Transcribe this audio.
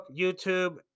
YouTube